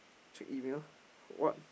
check email for what